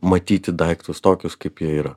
matyti daiktus tokius kaip jie yra